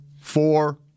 four